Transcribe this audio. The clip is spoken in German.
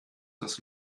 das